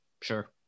sure